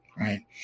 right